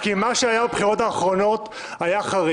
כי מה שהיה בבחירות האחרונות היה חריג.